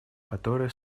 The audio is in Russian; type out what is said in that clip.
которое